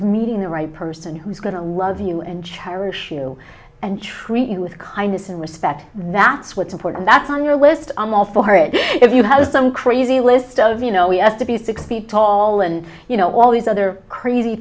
meeting the right person who's going to love you and cherish you and treat you with kindness and respect that's what's important that's on your list i'm all for it if you have some crazy list of you know us to be six feet tall and you know all these other crazy